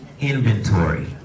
inventory